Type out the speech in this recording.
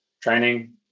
training